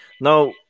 Now